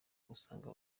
usanga